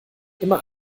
immer